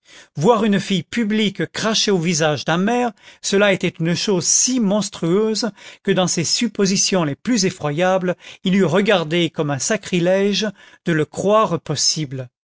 voir une fille publique cracher au visage d'un maire cela était une chose si monstrueuse que dans ses suppositions les plus effroyables il eût regardé comme un sacrilège de le croire possible